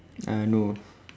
uh no